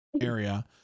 Area